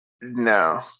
No